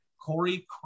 Corey